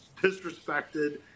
disrespected